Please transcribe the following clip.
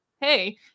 hey